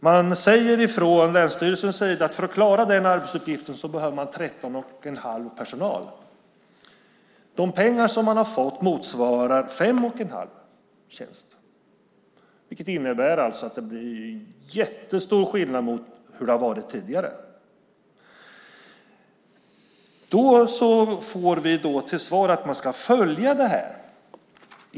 Från länsstyrelsens sida säger man att man för att klara denna arbetsuppgift behöver 13,5 personal. De pengar man har fått motsvarar 5,5 tjänst, vilket alltså innebär att det blir jättestor skillnad mot hur det har varit tidigare. Vi får till svar att ni ska följa detta.